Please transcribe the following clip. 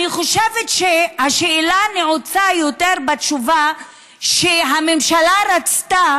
אני חושבת שהתשובה על השאלה נעוצה יותר בכך שהממשלה רצתה